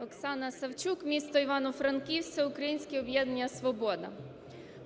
Оксана Савчук, місто Івано-Франківськ, "Всеукраїнське об'єднання "Свобода".